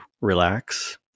relax